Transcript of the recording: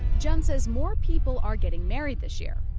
jeon says more people are getting married this year,